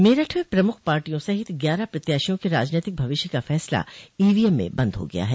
मेरठ में प्रमुख पार्टियों सहित ग्यारह प्रत्याशियों के राजनैतिक भविष्य का फैसला ईवीएम में बंद हो गया है